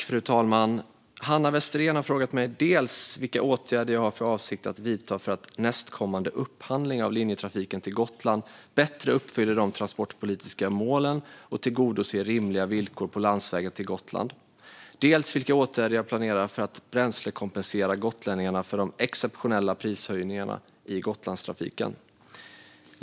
Fru talman! Hanna Westerén har frågat mig dels vilka åtgärder jag har för avsikt att vidta så att nästkommande upphandling av linjetrafiken till Gotland bättre uppfyller de transportpolitiska målen och tillgodoser rimliga villkor på landsvägen till Gotland, dels vilka åtgärder jag planerar för att bränslekompensera gotlänningarna för de exceptionella prishöjningarna i Gotlandstrafiken.